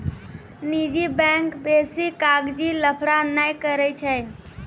निजी बैंक बेसी कागजी लफड़ा नै करै छै